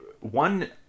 one